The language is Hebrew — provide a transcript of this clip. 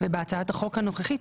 ובהצעת החוק הנוכחית,